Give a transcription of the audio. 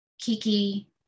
Kiki